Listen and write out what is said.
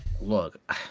Look